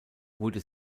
wurde